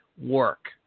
work